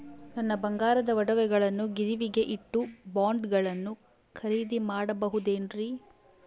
ನನ್ನ ಬಂಗಾರದ ಒಡವೆಗಳನ್ನ ಗಿರಿವಿಗೆ ಇಟ್ಟು ಬಾಂಡುಗಳನ್ನ ಖರೇದಿ ಮಾಡಬಹುದೇನ್ರಿ?